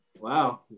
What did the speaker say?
Wow